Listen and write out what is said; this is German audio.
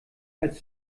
als